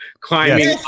climbing